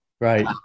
Right